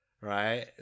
Right